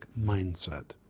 mindset